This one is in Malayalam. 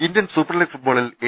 ഇന്ത്യൻ സൂപ്പർലീഗ് ഫുട്ബോളിൽ എ